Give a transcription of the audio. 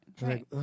right